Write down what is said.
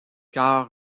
car